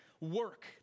work